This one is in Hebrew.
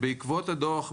בעקבות הדוח,